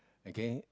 again